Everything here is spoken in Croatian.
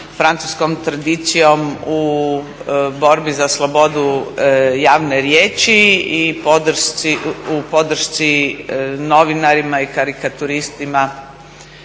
francuskom tradicijom u borbi za slobodu javne riječi i u podršci novinarima i karikaturistima